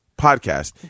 Podcast